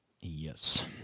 Yes